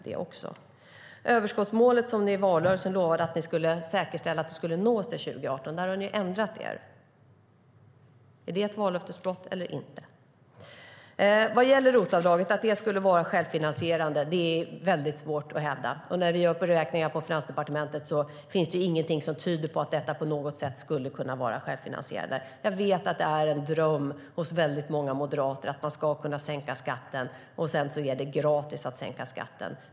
Ni lovade också i valrörelsen att ni skulle säkerställa att överskottsmålet skulle nås till 2018. Där har ni ändrat er. Är det ett vallöftesbrott eller inte? Det är svårt att hävda att ROT-avdraget skulle vara självfinansierande. När vi gör beräkningar på Finansdepartementet finns det ingenting som tyder på att detta på något sätt skulle kunna vara självfinansierande. Jag vet att det är en dröm hos många moderater att man ska kunna sänka skatten och att det är gratis att göra det.